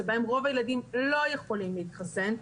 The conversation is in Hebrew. שבהן רוב הילדים לא יכולים להתחסן,